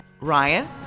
Ryan